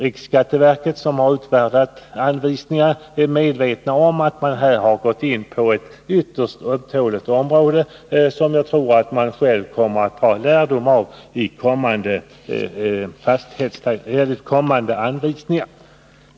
Riksskatteverket, som utfärdat dessa anvisningar, är väl medvetet om att man här gått in på ett ytterst ömtåligt område. Jag tror att man kommer att ta lärdom av detta i kommande anvisningar.